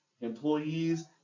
employees